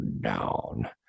down